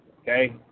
okay